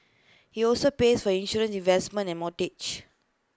he also pays for insurance investments and mortgage